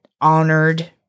honored